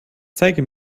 zeige